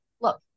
look